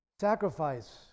Sacrifice